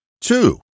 Two